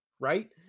right